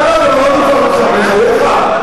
יאללה, גמרנו כבר אתך, בחייך.